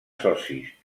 socis